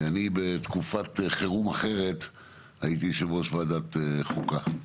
אני בתקופת חירום אחרת הייתי יושב-ראש ועדת חוקה,